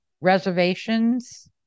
reservations